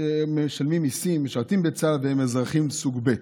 שמשלמים מיסים, משרתים בצה"ל, והם אזרחים סוג ב'.